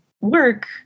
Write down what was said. work